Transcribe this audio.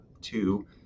two